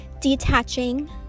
detaching